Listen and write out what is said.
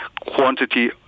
quantity